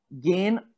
gain